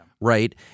right